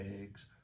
eggs